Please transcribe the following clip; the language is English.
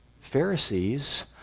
Pharisees